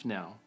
now